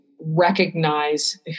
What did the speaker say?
recognize